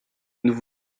nous